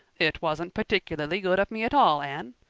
it wasn't particularly good of me at all, anne.